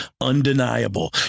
undeniable